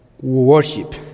Worship